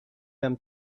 them